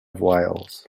wales